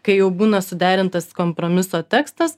kai jau būna suderintas kompromiso tekstas